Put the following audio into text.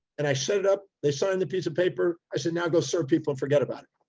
and i set it up, they signed the piece of paper. i said, now go serve people, forget about it,